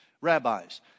rabbis